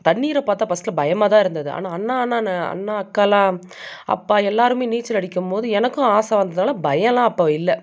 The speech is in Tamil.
தண்ணீரை பார்த்தா ஃபர்ஸ்ட்டில் பயமாகதான் இருந்தது ஆனால் அண்ணா அண்ணா அக்காயெலாம் அப்பா எல்லாேருமே நீச்சல் அடிக்கும்போது எனக்கும் ஆசை வந்ததுனால் பயமெலாம் அப்போ இல்லை